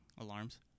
alarms